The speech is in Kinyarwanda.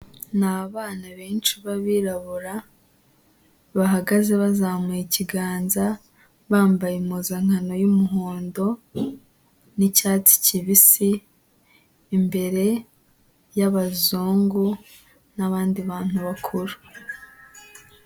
Ni abana benshi b'abirabura, bahagaze bazamuye ikiganza, bambaye impuzankano y'umuhondo n'icyatsi kibisi, imbere y'abazungu n'abandi bantu bakuru.